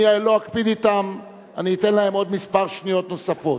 אני לא אקפיד אתם, אתן להם עוד כמה שניות נוספות.